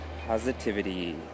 Positivity